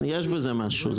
כן, יש בזה משהו.